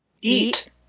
Eat